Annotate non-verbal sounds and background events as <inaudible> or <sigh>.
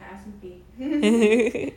<laughs>